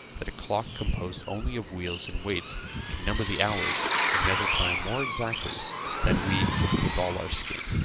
that a clock composed only of wheels and weights can number the hours and measure time more exactly than we with all our skin.